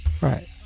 Right